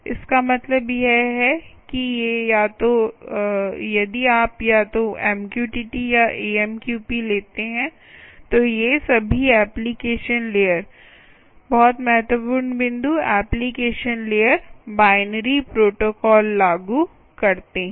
इसका मतलब यह है कि ये या तो यदि आप या तो MQTT या AMQP लेते हैं तो ये सभी एप्लीकेशन लेयर बहुत महत्वपूर्ण बिंदु एप्लीकेशन लेयर बाइनरी प्रोटोकॉल लागू करते हैं